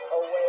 away